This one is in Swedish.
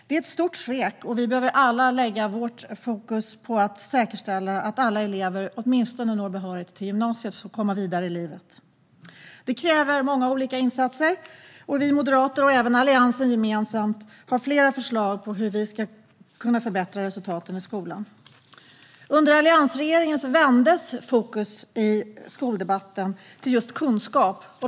Det är ett stort svek, och vi behöver alla lägga vårt fokus på att säkerställa att alla elever åtminstone når behörighet till gymnasiet för att komma vidare i livet. Det kräver många olika insatser. Vi moderater och även Alliansen gemensamt har flera förslag på hur vi ska kunna förbättra resultaten i skolan. Under alliansregeringen vändes fokus i skoldebatten till just kunskap.